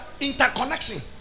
interconnection